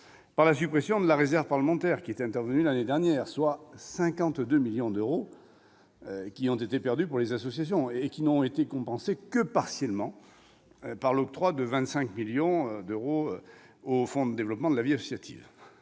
par la suppression de la réserve parlementaire intervenue l'année dernière, soit 52 millions d'euros en moins pour les associations, qui n'a été compensée que partiellement à travers l'octroi de 25 millions au Fonds pour le développement de la vie associative,